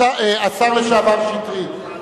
השר לשעבר שטרית,